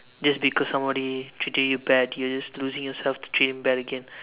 just because somebody treated you bad you're just losing yourself to treat them bad again